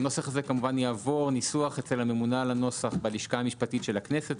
הוא יעבור ניסוח אצל הממונה על הנוסח בלשכה המשפטית של הכנסת.